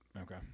Okay